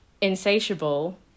insatiable